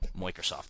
Microsoft